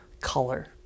color